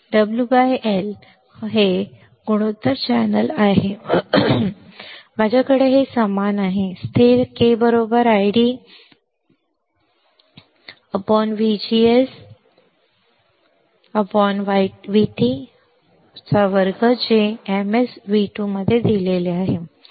W L गुणोत्तर channel गुणोत्तर आहे आणि माझ्याकडे के समान आहे स्थिर k ID VGS on VT 2 जे ms v2 मध्ये दिले आहे